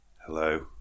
hello